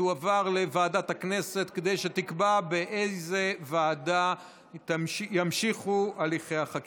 לוועדה שתקבע ועדת הכנסת נתקבלה.